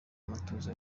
umutuzo